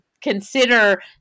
consider